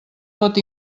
pot